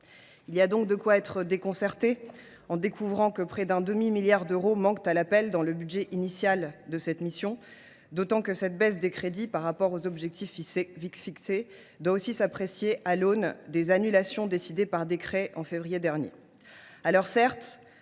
Il y a donc de quoi être déconcerté en découvrant que près d’un demi milliard d’euros manquent à l’appel dans le budget initial de la mission « Justice » du projet de loi de finances, d’autant que cette baisse des crédits par rapport aux objectifs fixés doit aussi s’apprécier à l’aune des annulations décidées par décret en février dernier.